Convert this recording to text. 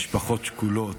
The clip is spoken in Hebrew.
משפחות שכולות.